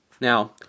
Now